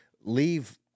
leave